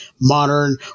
modern